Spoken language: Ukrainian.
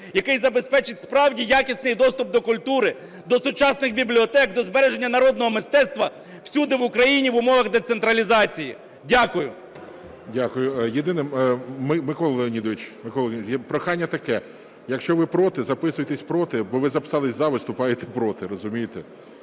який забезпечить справді якісний доступ до культури, до сучасних бібліотек, до збереження народного мистецтва всюди в Україні в умовах децентралізації. Дякую. ГОЛОВУЮЧИЙ. Дякую. Єдине, Микола Леонідович, прохання таке: якщо ви – проти, записуйтесь "проти". Бо ви записались "за", а виступаєте "проти", розумієте?